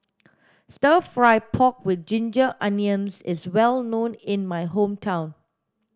stir fry pork with ginger onions is well known in my hometown